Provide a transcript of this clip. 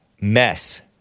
mess